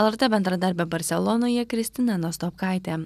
lrt bendradarbė barselonoje kristina nastopkaitė